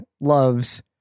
loves